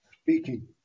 speaking